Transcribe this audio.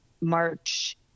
March